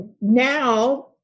Now